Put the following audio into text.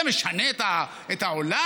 זה משנה את העולם?